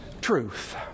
truth